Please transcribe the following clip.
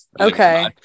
okay